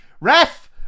ref